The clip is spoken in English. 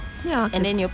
ya kot